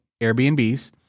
Airbnbs